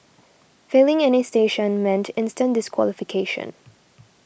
failing any station meant instant disqualification